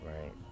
right